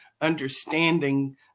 understanding